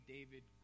David